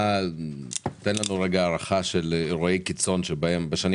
תן לנו רגע הערכה של אירועי קיצון בשנים